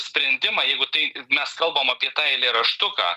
sprendimą jeigu tai mes kalbam apie tą eilėraštuką